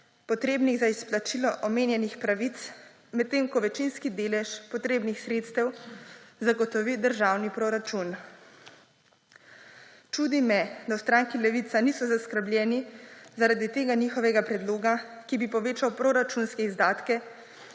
potrebnih za izplačilo omenjenih pravic, medtem ko večinski delež potrebnih sredstev zagotovi državni proračun. Čudi me, da v stranki Levica niso zaskrbljeni zaradi tega njihovega predloga, ki bi povečal proračunske izdatke,